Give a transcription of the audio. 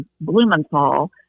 Blumenthal